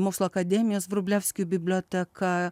mokslų akademijos vrublevskių biblioteka